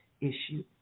issue